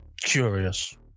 curious